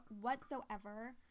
whatsoever